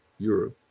europe,